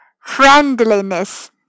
Friendliness